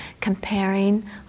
comparing